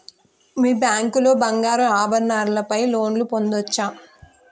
మీ bank లో బంగారు ఆభరణాల పై లోన్ పొందచ్చా?